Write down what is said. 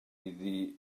iddi